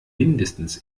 mindestens